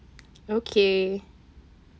okay